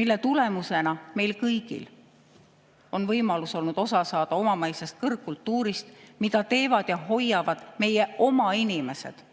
mille tulemusena meil kõigil on olnud võimalus osa saada omamaisest kõrgkultuurist, mida teevad ja hoiavad meie oma inimesed,